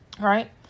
Right